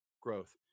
growth